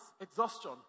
exhaustion